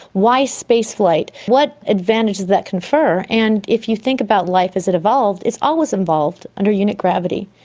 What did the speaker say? why space flight? what advantage does that confer? and if you think about life as it evolved, it's always evolved under unit gravity.